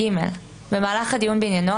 במהלך הדיון בעניינו,